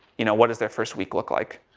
you know, what does their first week look like?